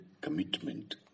commitment